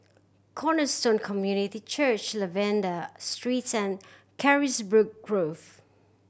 Cornerstone Community Church Lavender Streets and Carisbrooke Grove